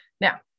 Now